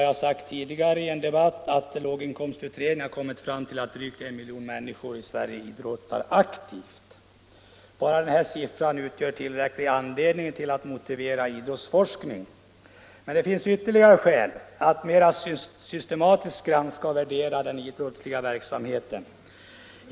Jag har tidigare i dag i en debatt sagt att låginkomstutredningen har kommit fram till beräkningen att drygt en miljon människor i Sverige idrottar aktivt. Bara den siffran utgör tillräcklig anledning att motivera idrottsforskningen. Men det finns ytterligare skäl för att mera systematiskt granska och värdera den idrottsliga verksamheten.